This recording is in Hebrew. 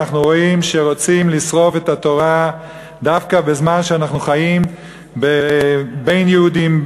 אנחנו רואים שרוצים לשרוף את התורה דווקא בזמן שאנחנו חיים בין יהודים,